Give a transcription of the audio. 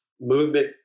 movement